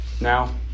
Now